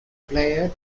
player